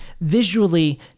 visually